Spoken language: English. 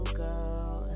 girl